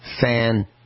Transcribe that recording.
fan